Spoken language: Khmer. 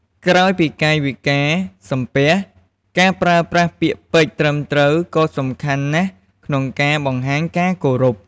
ក្រៅពីកាយវិការសំពះ ការប្រើប្រាស់ពាក្យពេចន៍ត្រឹមត្រូវក៏សំខាន់ណាស់ក្នុងការបង្ហាញការគោរព។